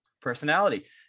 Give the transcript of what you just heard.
personality